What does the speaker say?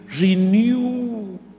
renew